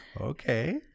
Okay